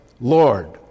Lord